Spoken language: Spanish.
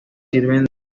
sirven